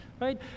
right